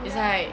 it's like